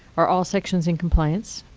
are all sections in compliance?